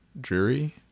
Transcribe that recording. dreary